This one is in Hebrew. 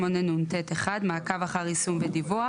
מעקב אחר יישום ודיווח